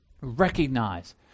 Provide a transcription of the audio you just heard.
recognize